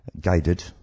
guided